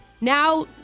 now